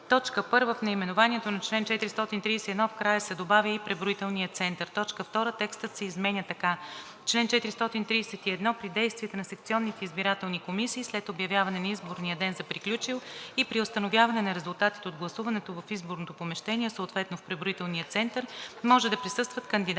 1. В наименованието на чл. 431 в края се добавя „и преброителния център“. 2. Текстът се изменя така: „Чл. 431. При действията на секционните избирателни комисии след обявяване на изборния ден за приключил и при установяване на резултатите от гласуването в изборното помещение, съответно в преброителния център, може да присъстват кандидати,